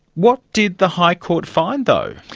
what did the high court find, though?